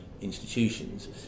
institutions